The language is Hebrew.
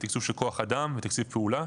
לתקצוב של כוח אדם ותקציב פעולה.